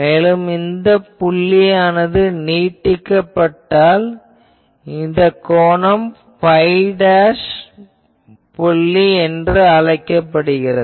மேலும் இந்த புள்ளியானது நீட்டிக்கப்பட்டால் இந்த கோணம் ϕ புள்ளி என்று நாம் அழைக்கலாம்